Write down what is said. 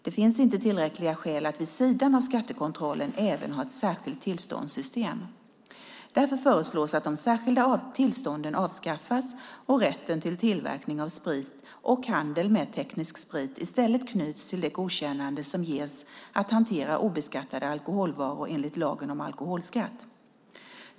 Det finns inte tillräckliga skäl att vid sidan av skattekontrollen även ha ett särskilt tillståndssystem. Därför föreslås att de särskilda tillstånden avskaffas och att rätten till tillverkning av sprit och handel med teknisk sprit i stället knyts till det godkännande som ges att hantera obeskattade alkoholvaror enligt lagen om alkoholskatt.